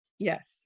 Yes